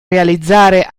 realizzare